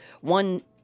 one